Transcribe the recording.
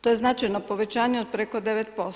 To je značajno povećanje od preko 9%